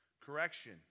Correction